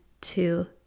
two